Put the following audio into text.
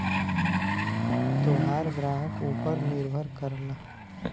तोहार ग्राहक ऊपर निर्भर करला